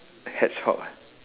a hedgehog